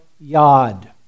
yod